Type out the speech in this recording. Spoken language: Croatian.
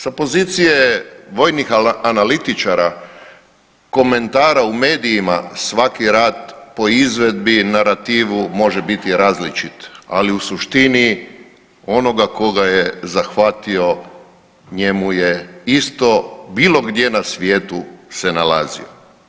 Sa pozicije vojnih analitičara, komentara u medijima svaki rat po izvedbi i narativu može biti različit, ali u suštini onoga koga je zahvatio njemu je isto bilo gdje na svijetu se nalazio.